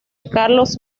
carlos